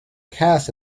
cast